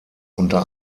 unter